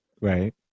Right